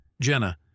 Jenna